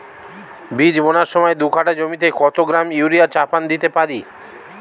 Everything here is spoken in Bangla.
বীজ বোনার সময় দু কাঠা জমিতে কত গ্রাম ইউরিয়া চাপান দিতে পারি?